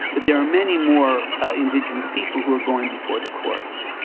but there are many more indigenous people who are going before the courts.